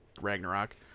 Ragnarok